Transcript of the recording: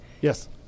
Yes